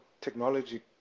technology